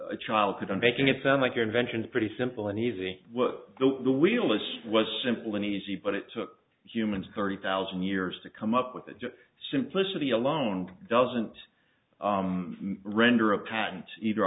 a childhood and making it sound like your inventions pretty simple and easy what the relist was simple and easy but it took humans thirty thousand years to come up with the simplicity alone doesn't render a patent either